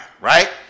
Right